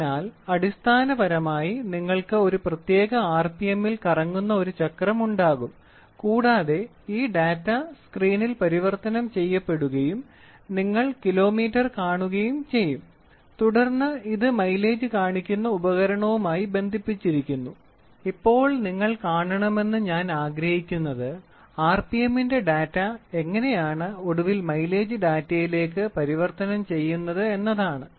അതിനാൽ അടിസ്ഥാനപരമായി നിങ്ങൾക്ക് ഒരു പ്രത്യേക ആർപിഎമ്മിൽ കറങ്ങുന്ന ഒരു ചക്രം ഉണ്ടാകും കൂടാതെ ഈ ഡാറ്റ സ്ക്രീനിൽ പരിവർത്തനം ചെയ്യപ്പെടുകയും നിങ്ങൾ കിലോമീറ്റർ കാണുകയും ചെയ്യും തുടർന്ന് ഇത് മൈലേജ് കാണിക്കുന്ന ഉപകരണവുമായി ബന്ധിപ്പിച്ചിരിക്കുന്നു ഇപ്പോൾ നിങ്ങൾ കാണണമെന്ന് ഞാൻ ആഗ്രഹിക്കുന്നത് ആർപിഎമ്മിന്റെ ഡാറ്റ എങ്ങനെയാണ് ഒടുവിൽ മൈലേജ് ഡാറ്റയിലേക്ക് പരിവർത്തനം ചെയ്യുന്നത് എന്നതാണ്